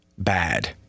Bad